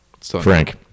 frank